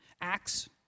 Acts